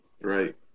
right